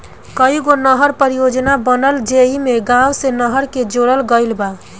कईगो नहर परियोजना बनल जेइमे गाँव से नहर के जोड़ल गईल बा